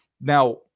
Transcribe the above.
Now